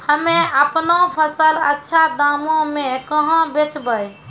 हम्मे आपनौ फसल अच्छा दामों मे कहाँ बेचबै?